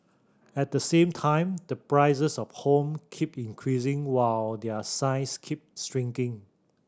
at the same time the prices of home keep increasing while their size keep shrinking